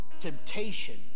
Temptation